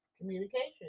communication